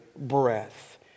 breath